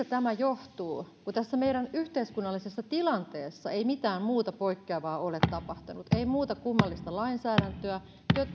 tämä johtuu kun tässä meidän yhteiskunnallisessa tilanteessamme ei mitään muuta poikkeavaa ole tapahtunut ei muuta kummallista lainsäädäntöä